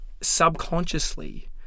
subconsciously